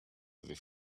avez